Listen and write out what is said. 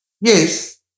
Yes